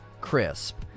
Crisp